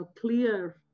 clear